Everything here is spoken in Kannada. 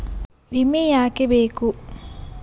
ವಿಮೆ ಯಾಕೆ ಬೇಕು?